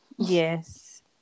Yes